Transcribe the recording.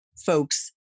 folks